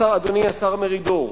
אדוני השר מרידור,